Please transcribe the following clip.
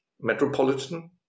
Metropolitan